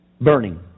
burning